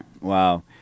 wow